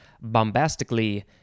Bombastically